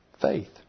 faith